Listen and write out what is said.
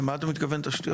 למה אתה מתכוון בתשתיות?